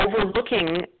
overlooking